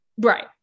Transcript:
right